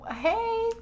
hey